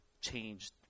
changed